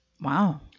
wow